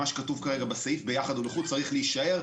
מה שכרגע כתוב בסעיף ביחד ולחוד צריך להישאר.